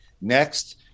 next